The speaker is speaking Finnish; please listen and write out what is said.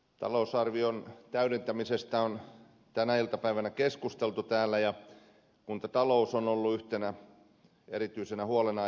talousarvion täydentämisestä on tänä iltapäivänä keskusteltu täällä ja kuntatalous on ollut yhtenä erityisenä huolenaiheena